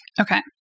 Okay